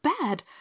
bad